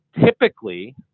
typically